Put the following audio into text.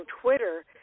Twitter